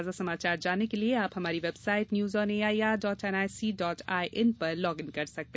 ताजा समाचार जानने के लिए आप हमारी website news on A I R dot N I C dot I N पर लॉग इन करें